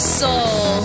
soul